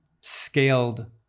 scaled